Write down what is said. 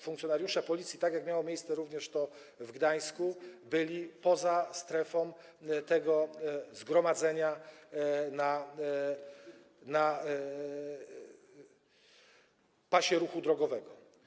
Funkcjonariusze Policji, tak jak miało to miejsce również w Gdańsku, byli poza strefą tego zgromadzenia na pasie ruchu drogowego.